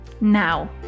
now